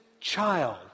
Child